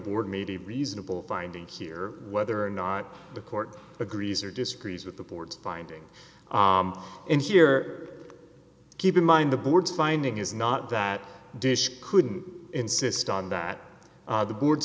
board made a reasonable finding here whether or not the court agrees or disagrees with the board's findings and here keep in mind the board's finding is not that dish couldn't insist on that the board